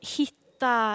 hitta